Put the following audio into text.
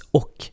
och